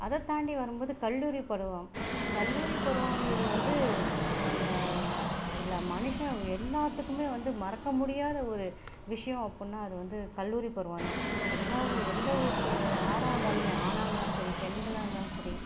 அதை தாண்டி வரும் போது கல்லூரி பருவம் கல்லூரி பருவங்கிறது வந்து மனுஷன் எல்லாத்துக்குமே வந்து மறக்க முடியாத ஒரு விஷயம் அப்படினா அது வந்து கல்லூரி பருவம் தான் எல்லா எந்த ஒரு யாராக இருந்தாலுமே ஆணாக இருந்தாலும் சரி பெண்களாக இருந்தாலும் சரி